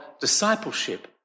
discipleship